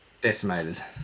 decimated